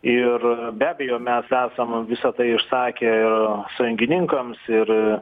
ir be abejo mes esam visa tai išsakę sąjungininkams ir